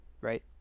right